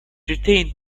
retained